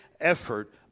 effort